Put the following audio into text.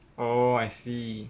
oh I see